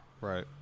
Right